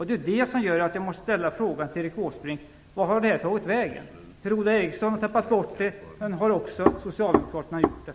Det är det som gör att jag måste ställa frågan till Erik Åsbrink: Vart har det här tagit vägen? Per-Ola Eriksson har tappat bort det, men har också socialdemokraterna gjort det?